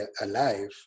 alive